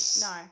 No